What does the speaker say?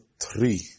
three